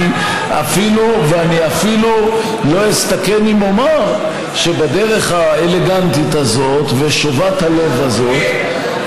אני אפילו לא אסתכן אם אומר שבדרך האלגנטית הזאת ושובת הלב הזאת יריב,